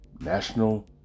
national